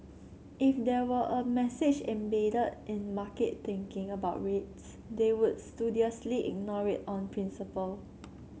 if there were a message embedded in market thinking about rates they would studiously ignore it on principle